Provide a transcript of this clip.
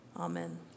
Amen